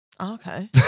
Okay